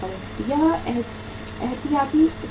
यह एहतियाती स्थिति है